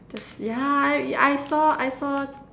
just yeah I I saw I saw